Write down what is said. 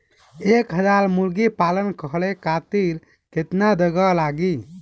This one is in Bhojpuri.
एक हज़ार मुर्गी पालन करे खातिर केतना जगह लागी?